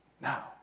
Now